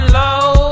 low